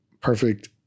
perfect